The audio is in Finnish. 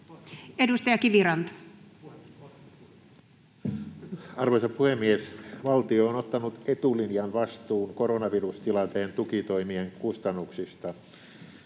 15:22 Content: Arvoisa puhemies! Valtio on ottanut etulinjan vastuun koronavirustilanteen tukitoimien kustannuksista.